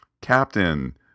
captain